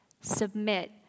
Submit